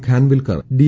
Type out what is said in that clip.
Khanwilkar D